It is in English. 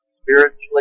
spiritually